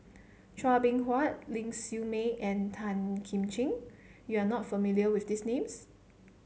Chua Beng Huat Ling Siew May and Tan Kim Ching you are not familiar with these names